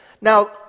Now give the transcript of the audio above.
Now